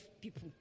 people